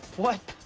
what?